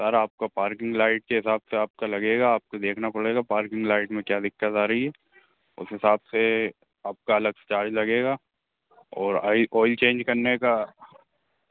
sir आपका parking light के हिसाब से आपका लगेगा आपको देखना पड़ेगा पार्किंग लाइट में क्या दिक्कत आ रही है उस हिसाब से आपका अलग से चार्ज लगेगा और आइल ऑइल चेंज करने का